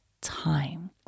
time